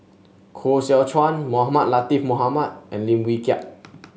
Koh Seow Chuan Mohamed Latiff Mohamed and Lim Wee Kiak